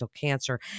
cancer